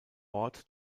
ort